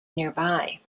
nearby